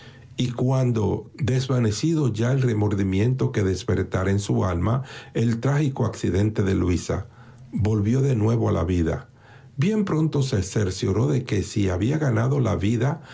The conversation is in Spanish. y cuando desvanecido ya el remordimiento que despertara en su alma el trágico accidente de luisa volvió de nuevo a la vida bien pronto se cercioró de que si había ganado la vida